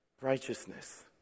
Righteousness